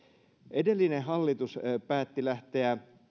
edellinen hallitus päätti lähteä